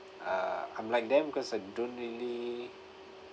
uh I'm like them because I don't really